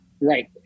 Right